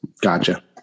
gotcha